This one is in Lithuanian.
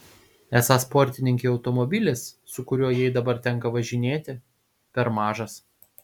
esą sportininkei automobilis su kuriuo jai dabar tenka važinėti per mažas